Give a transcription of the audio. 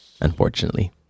unfortunately